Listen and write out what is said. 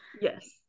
yes